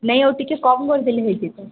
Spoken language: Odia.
ନାଇଁ ଆଉ ଟିକିଏ କମ କରିଥିଲେ ହେଇଯିବ